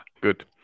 Good